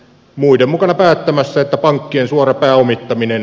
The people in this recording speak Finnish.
muiden mukana päättämässä pankkien suora pääomittaminen